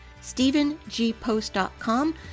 stephengpost.com